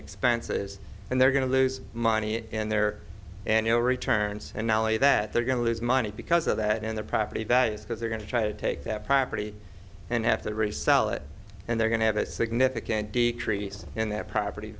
expenses and they're going to lose money in their annual returns and ali that they're going to lose money because of that in the property that is because they're going to try to take that property and have to resell it and they're going to have a significant decrease in their property